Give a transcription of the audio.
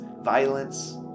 violence